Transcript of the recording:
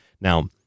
Now